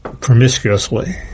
promiscuously